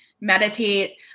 meditate